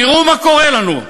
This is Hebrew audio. תראו מה קורה לנו: